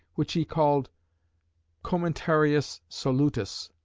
which he called commentarius solutus,